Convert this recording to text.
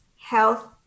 Health